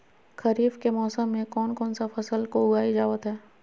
खरीफ के मौसम में कौन कौन सा फसल को उगाई जावत हैं?